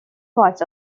parts